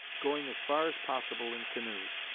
going as far as possible in canoes.